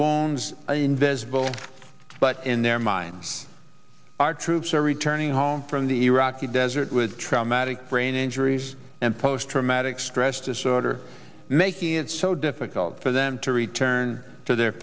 loans and invisible but in their minds our troops are returning home from the iraqi desert with traumatic brain injuries and post traumatic stress disorder making it so difficult for them to return to their